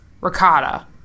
ricotta